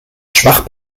schwach